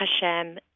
Hashem